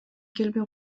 келбей